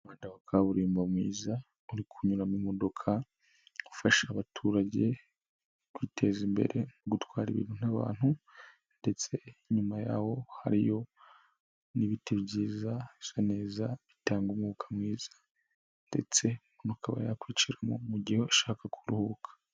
Umuhanda wa kaburimbo mwiza uri kunyura mu modoka, ufasha abaturage kwiteza imbere gutwara ibintu n’abantu, ndetse inyuma yaho hariyo n'ibiti byiza bisa neza bitanga umwuka mwiza ndetse umuntu akaba yakwicira mu gihe ushaka kuruhuka..